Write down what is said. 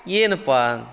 ಏನಪ್ಪಾ